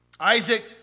Isaac